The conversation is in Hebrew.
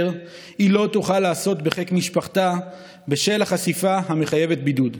היא לא תוכל לעשות בחיק משפחתה בשל החשיפה המחייבת בידוד.